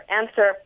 answer